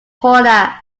honour